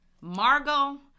Margot